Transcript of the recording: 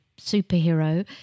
superhero